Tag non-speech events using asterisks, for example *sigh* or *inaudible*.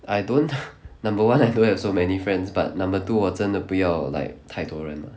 I don't *laughs* number one I don't have so many friends but number two 我真的不要 like 太多人 lah